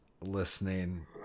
listening